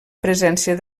presència